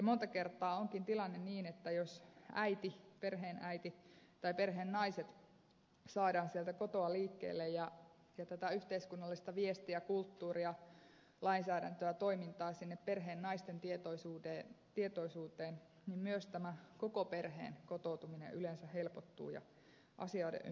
monta kertaa onkin tilanne niin että jos perheen äiti tai perheen naiset saadaan sieltä kotoa liikkeelle ja tätä yhteiskunnallista viestiä kulttuuria lainsäädäntöä toimintaa sinne perheen naisten tietoisuuteen niin myös tämä koko perheen kotoutuminen yleensä helpottuu ja asioiden ymmärrys paranee